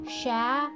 share